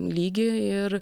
lygį ir